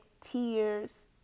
tears